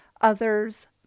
Others